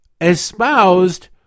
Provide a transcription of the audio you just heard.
espoused